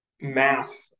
mass